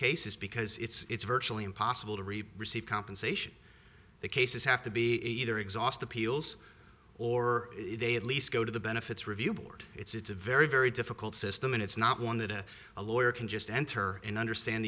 cases because it's virtually impossible to re brissie compensation the cases have to be a either exhaust appeals or they at least go to the benefits review board it's a very very difficult system and it's not one that a a lawyer can just enter and understand